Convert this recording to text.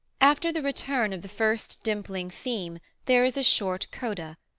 after the return of the first dimpling theme there is a short coda,